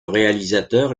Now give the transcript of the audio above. réalisateur